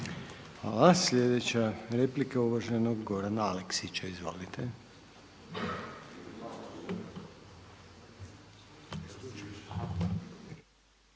Hvala. Slijedeća replika je uvaženog Gorana Aleksića. Izvolite.